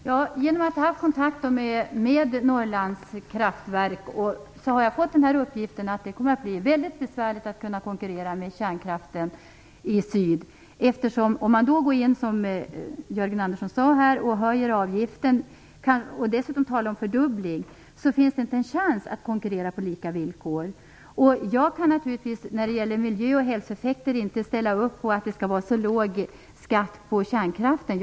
Herr talman! Jag har haft kontakt med Norrlandskraftverk, och jag har då fått höra att det kommer att bli väldigt besvärligt för dem att konkurrera med kärnkraften i syd. Om man, som Jörgen Andersson sade, höjer avgiften - han talade dessutom om en fördubbling - finns det inte en chans för dem att konkurrera på lika villkor. Med tanke på miljö och hälsoeffekter kan jag naturligtvis inte ställa upp på att det skall vara en så låg skatt på kärnkraften.